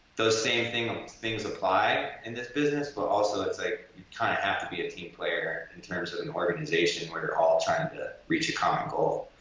those same things things apply in this business but also it's like you kind of have to be a team-player in terms of an organization where you're all trying to reach a common goal.